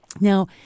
Now